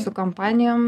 su kompanijom